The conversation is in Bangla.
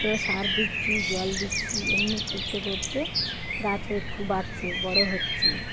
তো সার দিচ্ছি জল দিচ্ছি এমনি করতে করতে গাছও একটু বাড়ছে বড় হচ্ছে